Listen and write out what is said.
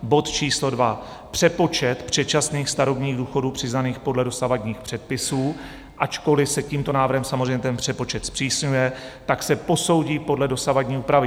Bod číslo 2, přepočet předčasných starobních důchodů přiznaných podle dosavadních předpisů, ačkoliv se tímto návrhem samozřejmě ten přepočet zpřísňuje, se posoudí podle dosavadní úpravy.